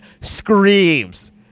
screams